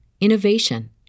innovation